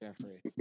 Jeffrey